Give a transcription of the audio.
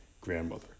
Grandmother